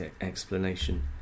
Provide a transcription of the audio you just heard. explanation